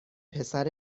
پسر